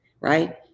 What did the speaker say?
right